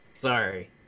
sorry